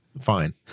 fine